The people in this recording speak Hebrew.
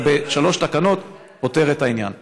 אתה בשלוש תקנות פותר את העניין.